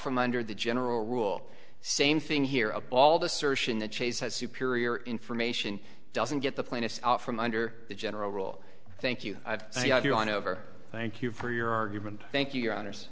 from under the general rule same thing here a bald assertion that chase has superior information doesn't get the plaintiffs from under the general rule thank you i've gone over thank you for your argument thank you your